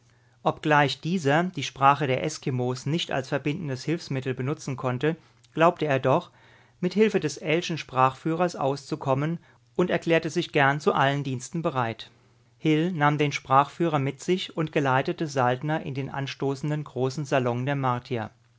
obgleich dieser die sprache der eskimos nicht als verbindendes hilfsmittel benutzen konnte glaubte er doch mit hilfe des ellschen sprachführers auszukommen und erklärte sich gern zu allen diensten bereit hil nahm den sprachführer mit sich und geleitete saltner in den anstoßenden großen salon der martier